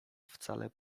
wcale